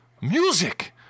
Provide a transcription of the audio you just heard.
Music